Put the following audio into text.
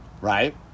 right